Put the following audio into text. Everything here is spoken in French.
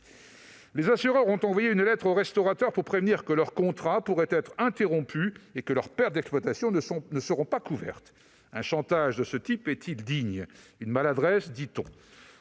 les assureurs ont envoyé une lettre aux restaurateurs pour les prévenir que leurs contrats pourraient être interrompus et que leurs pertes d'exploitation ne seraient pas couvertes. Un chantage de ce type est-il digne ? D'aucuns affirment